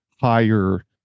higher